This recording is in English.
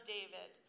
David